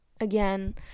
Again